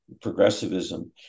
progressivism